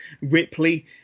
Ripley